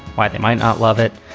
why they might not love it.